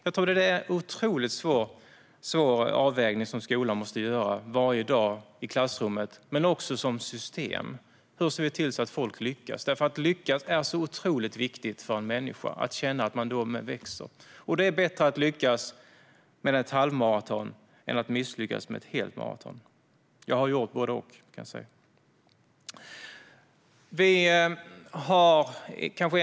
Jag tror att det är en otroligt svår avvägning som skolan måste göra varje dag i klassrummet men också som system. Hur ser vi till att folk lyckas? Att lyckas och att känna att man då växer är otroligt viktigt för en människa. Det är bättre att lyckas med ett halvmaraton än att misslyckas med ett helt maraton. Jag har gjort både och, kan jag säga.